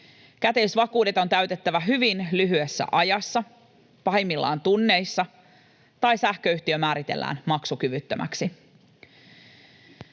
Käteisvakuudet on täytettävä hyvin lyhyessä ajassa, pahimmillaan tunneissa, tai sähköyhtiö määritellään maksukyvyttömäksi.